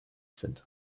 sind